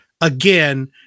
again